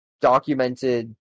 documented